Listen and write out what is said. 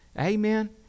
Amen